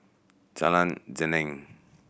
Jalan Geneng